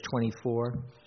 24